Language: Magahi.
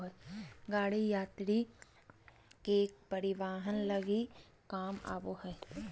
गाड़ी यात्री के परिवहन लगी काम आबो हइ